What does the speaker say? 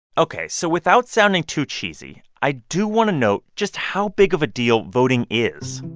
ok. so without sounding too cheesy, i do want to note just how big of a deal voting is.